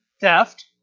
theft